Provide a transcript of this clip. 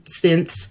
synths